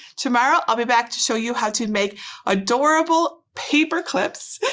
tomorrow, i'll be back to show you how to make adorable paperclips.